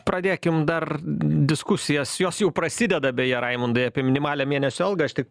pradėkim dar diskusijas jos jau prasideda beje raimondai apie minimalią mėnesio algą aš tik